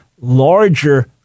larger